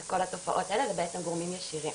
כל התופעות האלה, זה בעצם גורמים ישירים.